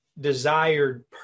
desired